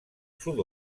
sud